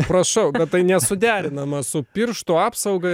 prašau bet tai nesuderinama su pirštų apsauga